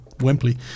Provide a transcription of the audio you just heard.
Wembley